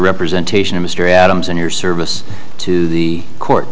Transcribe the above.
representation of mr adams and your service to the court